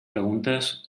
preguntes